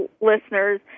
listeners